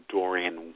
Dorian